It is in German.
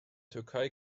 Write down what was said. türkei